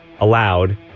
allowed